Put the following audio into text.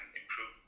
improve